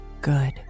good